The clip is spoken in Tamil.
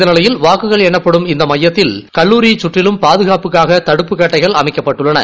இந்த நிலையில் வாக்குகள் எண்ணப்படும் இந்த மையத்தின் கல்லாரியை கற்றிலும் பாதகாப்புக்காக தடுப்புக் கட்டைகள் அமைக்கப்பட்டுள்ளன